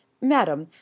Madam